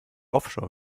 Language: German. offshore